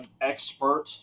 expert